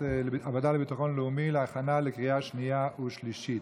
לביטחון לאומי להכנה לקריאה השנייה והשלישית.